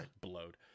blowed